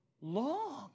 long